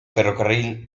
ferrocarril